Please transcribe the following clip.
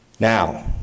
Now